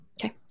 Okay